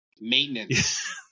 maintenance